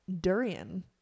Durian